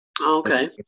Okay